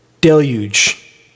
Deluge